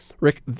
Rick